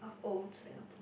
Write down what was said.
old Singapore